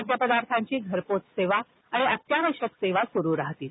खाद्यपदार्थांची घरपोच सेवा आणि अत्यावश्यक सेवा सुरू राहतील